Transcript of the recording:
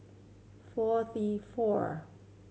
forty four